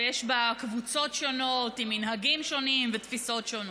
ויש בה קבוצות שונות עם מנהגים שונים ותפיסות שונות.